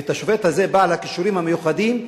ואת השופט הזה, בעל הכישורים המיוחדים,